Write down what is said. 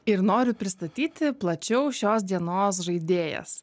ir noriu pristatyti plačiau šios dienos žaidėjas